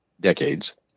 decades